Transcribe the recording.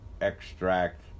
extract